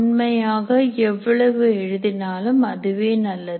உண்மையாக எவ்வளவு எழுதினாலும் அதுவே நல்லது